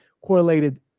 correlated